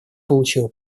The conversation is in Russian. получило